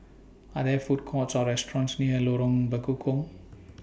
Are There Food Courts Or restaurants near Lorong Bekukong